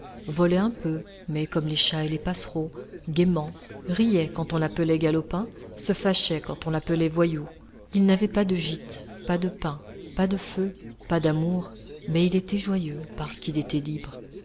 volait un peu mais comme les chats et les passereaux gaîment riait quand on l'appelait galopin se fâchait quand on l'appelait voyou il n'avait pas de gîte pas de pain pas de feu pas d'amour mais il était joyeux parce qu'il était libre